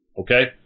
Okay